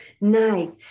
nice